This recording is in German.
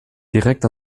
direkt